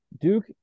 Duke